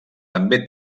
també